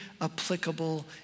applicable